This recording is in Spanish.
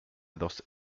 dos